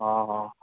हा हा